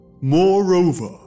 Moreover